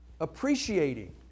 appreciating